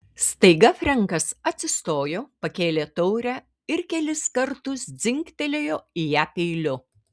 staiga frenkas atsistojo pakėlė taurę ir kelis kartus dzingtelėjo į ją peiliu